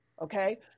Okay